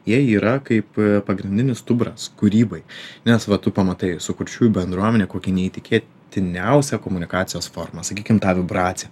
jie yra kaip pagrindinis stuburas kūrybai nes va tu pamatai su kurčiųjų bendruomene kokį neįtikėtiniausią komunikacijos formas sakykim tą vibraciją